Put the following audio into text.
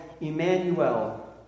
Emmanuel